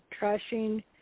trashing